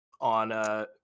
on